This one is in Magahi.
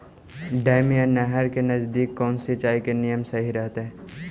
डैम या नहर के नजदीक कौन सिंचाई के नियम सही रहतैय?